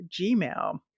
Gmail